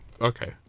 Okay